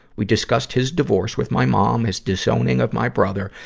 we discussed his divorce with my mom, his disowning of my brother,